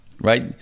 right